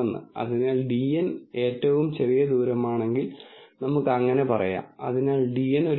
ഉദാഹരണത്തിന് നിങ്ങൾ എടുക്കുകയാണെങ്കിൽ നമുക്ക് ഒരു ഔട്ട്പുട്ട് പറയാം